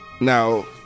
Now